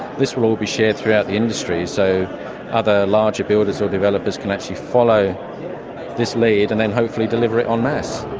this will all be shared throughout the industry, so other larger builders or developers can actually follow this lead and then hopefully deliver it en masse.